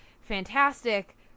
fantastic